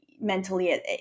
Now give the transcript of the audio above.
mentally